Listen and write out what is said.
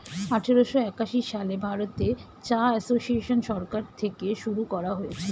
আঠারোশো একাশি সালে ভারতে চা এসোসিয়েসন সরকার থেকে শুরু করা হয়েছিল